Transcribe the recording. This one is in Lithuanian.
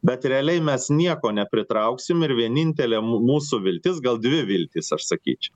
bet realiai mes nieko nepritrauksim ir vieninteliam mūsų viltis gal dvi viltys aš sakyčiau